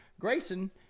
Grayson